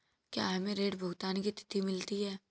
क्या हमें ऋण भुगतान की तिथि मिलती है?